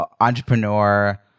entrepreneur